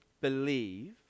believe